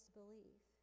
believe